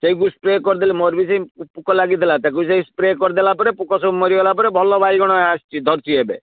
ସେଇକୁ spray କରିଦେଲେ ମୋର ବି ସେଇ ପୋକ ଲାଗିଥିଲା ତାକୁ ସେଇ ସ୍ପ୍ରେ କରିଦେଲା ପରେ ପୋକ ସବୁ ମରିଗଲା ପରେ ଭଲ ବାଇଗଣ ଆସିଛି ଧରିଛି ଏବେ